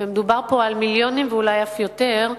ומדובר פה על מיליונים ואולי אף יותר,